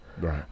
Right